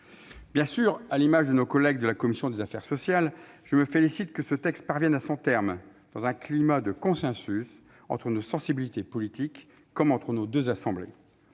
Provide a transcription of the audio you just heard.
Bien sûr, à l'instar de mes collègues de la commission des affaires sociales, je me félicite que ce texte parvienne à son terme, dans un climat de consensus entre nos diverses sensibilités politiques comme entre nos deux assemblées.